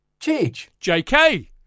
JK